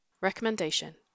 Recommendation